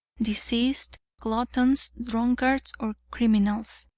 diseased, gluttons, drunkards or criminals.